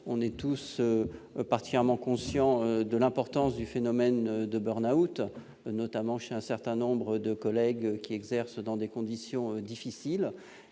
sommes tous particulièrement conscients de l'importance du phénomène de, notamment chez un certain nombre de professionnels qui exercent dans des conditions difficiles.